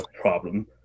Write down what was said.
problem